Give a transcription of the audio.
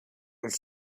and